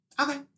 Okay